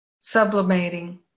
sublimating